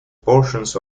portions